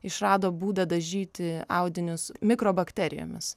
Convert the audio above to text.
išrado būdą dažyti audinius mikrobakterijomis